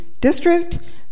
district